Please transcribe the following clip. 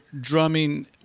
drumming